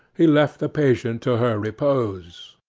he left the patient to her repose.